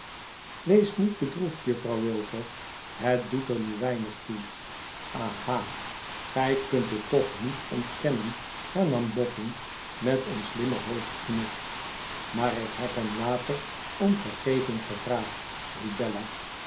wees niet bedroefd juffrouw wilfer het doet er nu weinig toe aha gij kunt het toch niet ontkennen hernam boffin met een slimmen hoofdknik maarikhebhem later om vergeving gevraagd